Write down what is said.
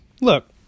Look